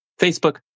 Facebook